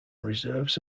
reserves